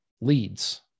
leads